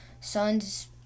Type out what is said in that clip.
son's